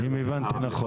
אם הבנתי נכון.